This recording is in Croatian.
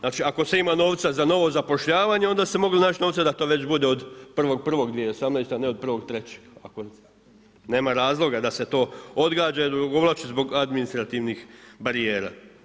Znači ako se ima novca za novo zapošljavanje onda ste mogli naći novca da to već bude od 1.1.2018., a ne od 1.3. nema razloga da se to odgađa i odugovlači zbog administrativnih barijera.